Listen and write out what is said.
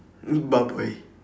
meat